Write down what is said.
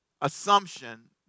assumption